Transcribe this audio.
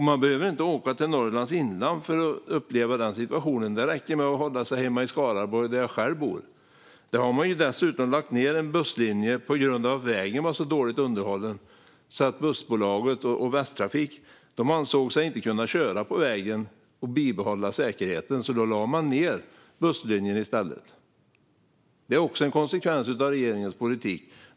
Man behöver inte åka till Norrlands inland för att uppleva den situationen, utan det räcker med att hålla sig i Skaraborg, där jag själv bor. Där har dessutom en busslinje lagts ned på grund av att vägen var så dåligt underhållen att bussbolaget Västtrafik inte ansåg sig kunna köra på vägen med bibehållen säkerhet. Då lades busslinjen ned i stället. Det är också en konsekvens av regeringens politik.